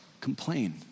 Complain